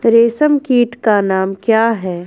रेशम कीट का नाम क्या है?